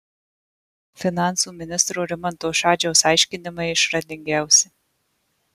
finansų ministro rimanto šadžiaus aiškinimai išradingiausi